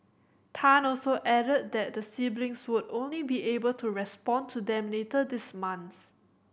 Tan also added that the siblings should only be able to respond to them later this month